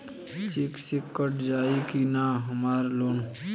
Check से cut जाई की ना हमार लोन?